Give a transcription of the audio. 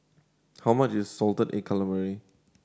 how much is salted egg calamari